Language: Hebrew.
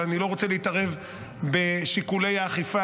אבל אני לא רוצה להתערב בשיקולי האכיפה,